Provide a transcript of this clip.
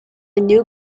new